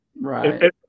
Right